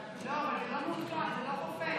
לא, אבל זה לא מעודכן, זה לא חופף,